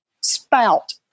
spout